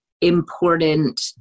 important